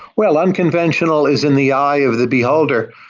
well, unconventional is in the eye of the beholder,